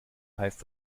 heißt